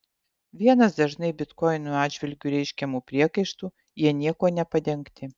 vienas dažnai bitkoinų atžvilgiu reiškiamų priekaištų jie niekuo nepadengti